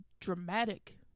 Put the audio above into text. dramatic